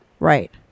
Right